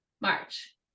March